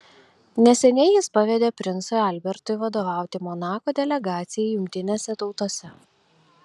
neseniai jis pavedė princui albertui vadovauti monako delegacijai jungtinėse tautose